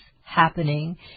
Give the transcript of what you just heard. happening